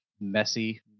messy